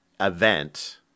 event